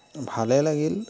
ভালে লাগিল